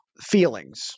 feelings